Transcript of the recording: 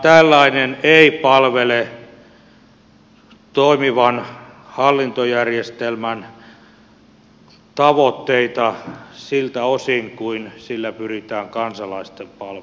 tällainen ei palvele toimivan hallintojärjestelmän tavoitteita siltä osin kuin sillä pyritään kansalaisten palvelemiseen